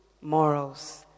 morals